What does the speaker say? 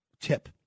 tip